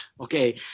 Okay